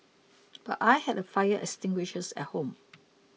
but I had a fire extinguishers at home